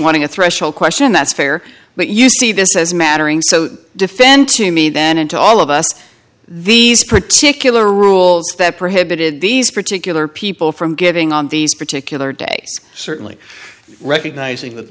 wanting a threshold question that's fair but you see this as mattering so defend to me then and to all of us these particular rules that prohibited these particular people from giving on these particular day certainly recognizing that the